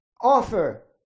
offer